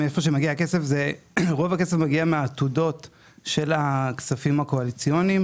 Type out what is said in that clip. רוב הכסף מגיע מהעתודות של הכספים הקואליציוניים